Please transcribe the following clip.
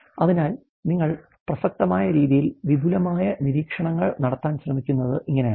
അതിനാൽ നിങ്ങൾ പ്രസക്തമായ രീതിയിൽ വിപുലമായ നിരീക്ഷണങ്ങൾ നടത്താൻ ശ്രമിക്കുന്നത് ഇങ്ങനെയാണ്